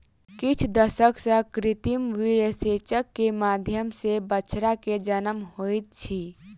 किछ दशक सॅ कृत्रिम वीर्यसेचन के माध्यम सॅ बछड़ा के जन्म होइत अछि